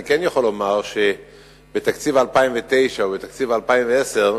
אני כן יכול לומר שבתקציב 2009 ובתקציב 2010,